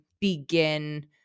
begin